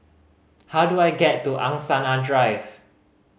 how do I get to Angsana Drive